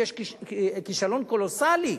ויש כישלון קולוסלי,